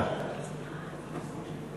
אף לא